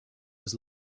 was